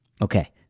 okay